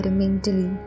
mentally